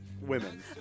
women